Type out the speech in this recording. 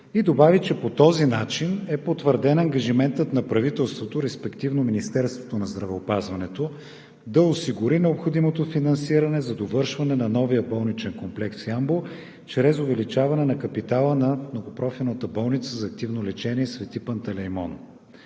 и добави, че по този начин е потвърден ангажиментът на правителството, респективно на Министерството на здравеопазването, да осигури необходимото финансиране за довършване на новия болничен комплекс в Ямбол чрез увеличаване на капитала на Многопрофилната болница за активно лечение „Свети Пантелеймон“.